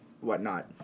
whatnot